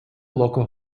local